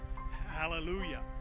Hallelujah